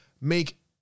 make